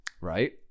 Right